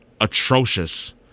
atrocious